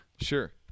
sure